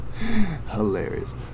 hilarious